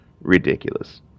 Ridiculous